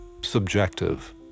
subjective